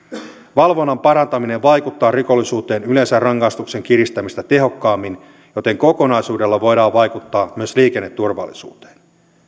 valvonnan parantaminen vaikuttaa rikollisuuteen yleensä rangaistuksen kiristämistä tehokkaammin joten kokonaisuudella voidaan vaikuttaa myös liikenneturvallisuuteen